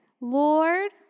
lord